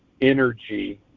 energy